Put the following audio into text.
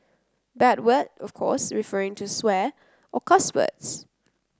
bad word of course referring to swear or cuss words